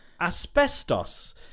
Asbestos